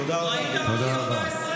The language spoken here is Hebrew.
תודה רבה.